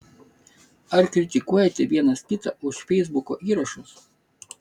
ar kritikuojate vienas kitą už feisbuko įrašus